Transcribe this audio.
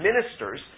ministers